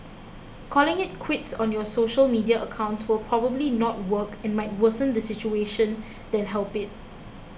calling it quits on your social media accounts will probably not work and might worsen the situation than help it